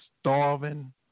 starving